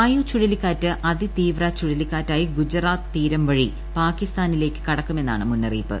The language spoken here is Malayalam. വായു ചുഴലിക്കാറ്റ് അതി തീവ്ര ചുഴലിക്കാറ്റായി ഗുജറാത്ത് തീരം വഴി പാകിസ്ഥാനിലേക്ക് കടക്കുമെന്നാണ് മുന്നറിയിപ്പ്